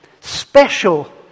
special